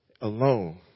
alone